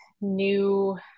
new